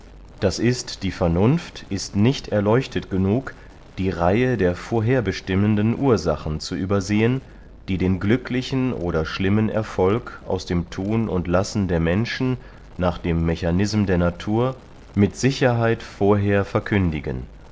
d i die vernunft ist nicht erleuchtet genug die reihe der vorherbestimmenden ursachen zu übersehen die den glücklichen oder schlimmen erfolg aus dem thun und lassen der menschen nach dem mechanism der natur mit sicherheit vorher verkündigen